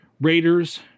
Raiders